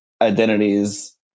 Identities